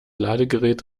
ladegerät